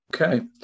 Okay